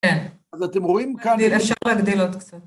כן. אז אתם רואים כאן... אפשר להגדיל עוד קצת.